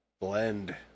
blend